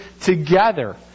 together